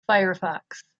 firefox